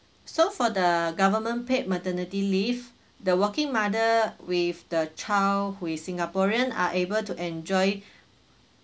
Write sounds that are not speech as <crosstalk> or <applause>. so for the government paid maternity leave the working mother with the child who is singaporean are able to enjoy <breath>